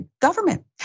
government